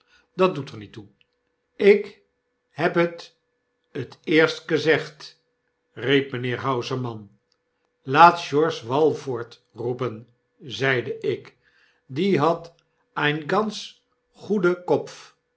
dat doet er niet toe b ik heb het t eerst kezegd riep mijnheer hausermann laat sbjors walford roepen zeide ik die hat ein gants goede kopf